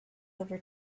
over